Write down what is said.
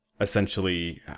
essentially